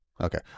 Okay